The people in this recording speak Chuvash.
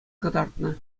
кӑтартнӑ